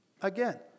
Again